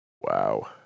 Wow